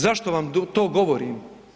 Zašto vam to govorim?